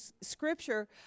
Scripture